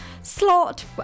slot